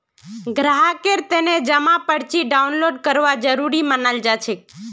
ग्राहकेर तने जमा पर्ची डाउनलोड करवा जरूरी मनाल जाछेक